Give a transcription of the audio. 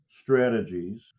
strategies